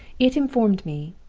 it informed me,